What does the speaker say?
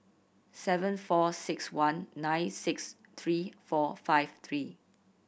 seven four six one nine six three four five three